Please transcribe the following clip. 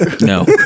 no